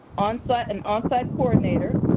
onsite an onsite coordinator,